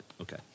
okay